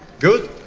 good?